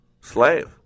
Slave